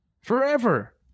forever